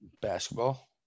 Basketball